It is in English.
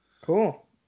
Cool